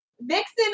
Vixen